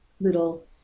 little